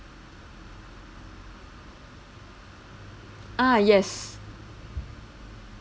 ah yes